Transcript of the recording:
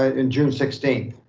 ah in june sixteenth.